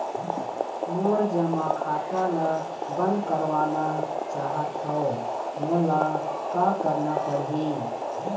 मोर जमा खाता ला बंद करवाना चाहत हव मोला का करना पड़ही?